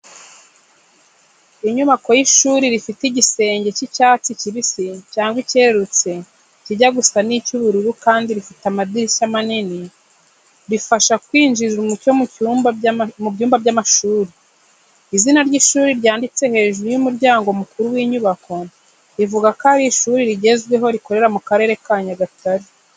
Inyubako y’ishuri rifite igisenge cy’icyatsi kibisi cyangwa icyerurutse kijya gusa n'icy’ubururu kandi rifite amadirishya manini bifasha kwinjiza umucyo mu byumba by’amashuri. Izina ry’ishuri ryanditse hejuru y’umuryango mukuru w’inyubako, rivuga ko ari ishuri rigezweho rikorera mu Karere ka Nyagatare.